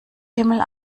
himmel